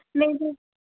नहीं जी